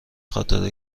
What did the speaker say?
خاطر